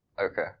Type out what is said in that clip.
okay